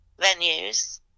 venues